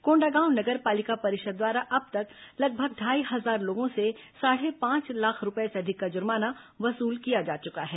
कोंडागांव नगर पालिका परिषद द्वारा अब तक लगभग ढाई हजार लोगों से साढ़े पांच लाख रूपये से अधिक का जुर्माना वसूल किया जा चुका है